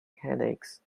headaches